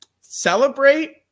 celebrate